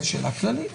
צו השיקום הכלכלי.